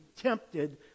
tempted